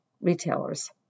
retailers